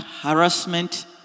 harassment